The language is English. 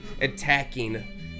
attacking